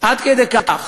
עד כדי כך.